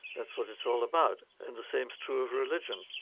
that's what it's all about. and the same's true of religion